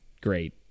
great